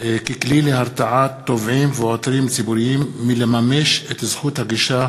ככלי להרתעת תובעים ועותרים ציבוריים מלממש את זכות הגישה